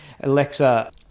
Alexa